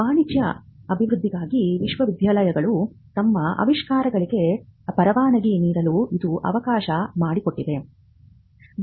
ವಾಣಿಜ್ಯ ಅಭಿವೃದ್ಧಿಗಾಗಿ ವಿಶ್ವವಿದ್ಯಾಲಯಗಳು ತಮ್ಮ ಆವಿಷ್ಕಾರಗಳಿಗೆ ಪರವಾನಗಿ ನೀಡಲು ಇದು ಅವಕಾಶ ಮಾಡಿಕೊಟ್ಟಿತು